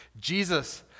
Jesus